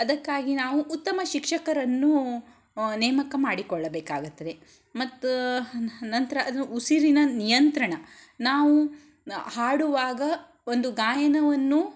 ಅದಕ್ಕಾಗಿ ನಾವು ಉತ್ತಮ ಶಿಕ್ಷಕರನ್ನು ನೇಮಕ ಮಾಡಿಕೊಳ್ಳಬೇಕಾಗುತ್ತದೆ ಮತ್ತು ನಂತರ ಅದು ಉಸಿರಿನ ನಿಯಂತ್ರಣ ನಾವು ಹಾಡುವಾಗ ಒಂದು ಗಾಯನವನ್ನು